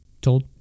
told